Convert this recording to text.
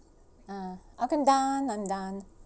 uh ok~ I'm done